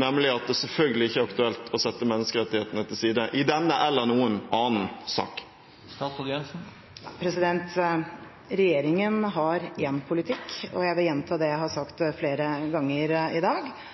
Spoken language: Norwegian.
nemlig at det selvfølgelig ikke er aktuelt å sette menneskerettighetene til side i denne eller noen annen sak. Regjeringen har én politikk og jeg vil gjenta det jeg har sagt flere ganger i dag,